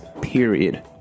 period